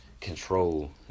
control